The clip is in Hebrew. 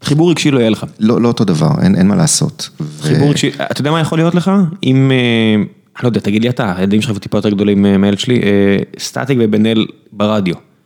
חיבור רגשי לא יהיה לך. לא, לא אותו דבר, אין מה לעשות. חיבור רגשי, אתה יודע מה יכול להיות לך? אם אה.. אני לא יודע, תגיד לי אתה. הילדים שלך היו טיפה יותר גדולים מאלה שלי. סטטיק ובן אל ברדיו.